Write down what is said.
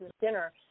dinner